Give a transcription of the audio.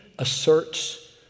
asserts